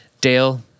Dale